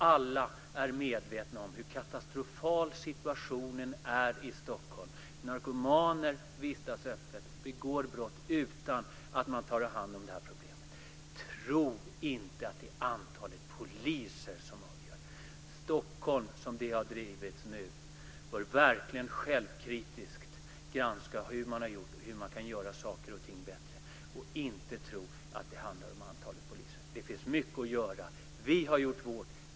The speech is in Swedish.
Alla är medvetna om hur katastrofal situationen är i Stockholm. Narkomaner vistas här öppet och begår brott utan att man tar hand om problemet. Tro inte att det är antalet poliser som avgör! Stockholm bör, som staden har drivits nu, självkritiskt granska hur man har gjort och hur man kan göra saker och ting bättre och inte tro att det handlar om antalet poliser. Det finns mycket att göra. Vi har gjort vårt.